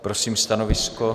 Prosím stanovisko.